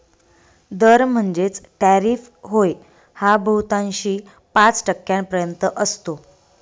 दर म्हणजेच टॅरिफ होय हा बहुतांशी पाच टक्क्यांपर्यंत असतो